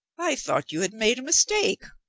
i thought you had made a mistake.